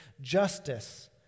justice